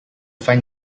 find